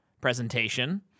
presentation